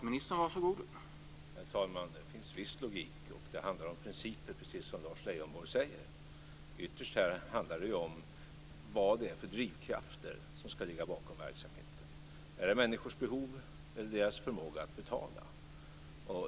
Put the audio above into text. Herr talman! Det finns visst en logik. Det handlar om principer, precis som Lars Leijonborg säger. Ytterst handlar det om vad det är för drivkrafter som ska ligga bakom verksamheten. Är det människors behov eller deras förmåga att betala?